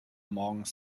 morgens